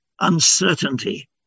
uncertainty